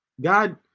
God